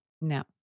No